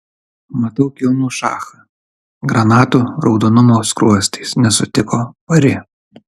matau kilnų šachą granatų raudonumo skruostais nesutiko pari